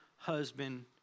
Husband